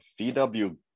VW